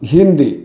Hindi